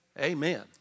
Amen